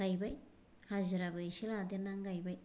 गायबाय हाजिराबो इसे लादेरनानै गायबाय